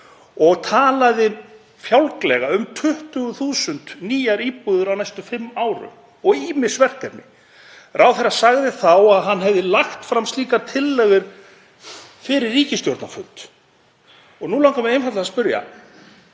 og talaði fjálglega um 20.000 nýjar íbúðir á næstu fimm árum og ýmis verkefni. Ráðherra sagði þá að hann hefði lagt slíkar tillögur fyrir ríkisstjórnarfund. Nú langar mig einfaldlega að spyrja: